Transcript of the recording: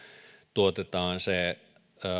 tuotetaan se